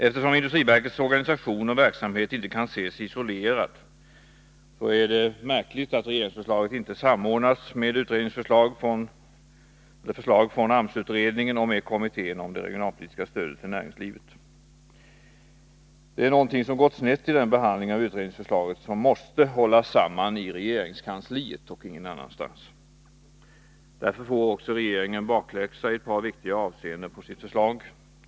Eftersom industriverkets organisation och verksamhet inte kan ses isolerade är det märkligt att regeringsförslaget inte samordnats med förslag från AMS-utredningen och med arbetet i kommittén om det regionalpolitiska stödet till näringslivet. Det är någonting som gått snett i behandlingen av utredningsförslaget; den måste hållas samman i regeringskansliet och ingen annanstans. Därför får också regeringen bakläxa i ett par viktiga avseenden på sitt förslag.